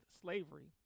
slavery